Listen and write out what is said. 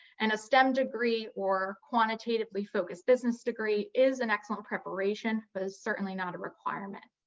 and a stem degree or quantitatively-focused business degree is an excellent preparation, but it's certainly not a requirement.